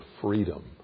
freedom